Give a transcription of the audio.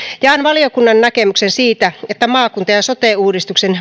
jaan valiokunnan näkemyksen siitä että maakunta ja sote uudistuksen